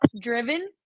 driven